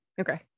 Okay